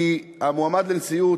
כי המועמד לנשיאות,